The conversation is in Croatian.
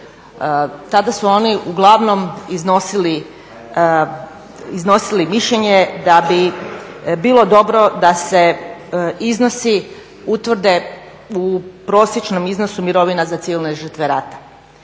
tada su oni uglavnom iznosili mišljenje da bi bilo dobro da se iznosi utvrde u prosječnom iznosu mirovina za civilne žrtve rata,